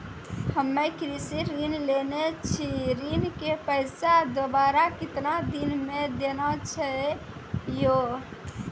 हम्मे कृषि ऋण लेने छी ऋण के पैसा दोबारा कितना दिन मे देना छै यो?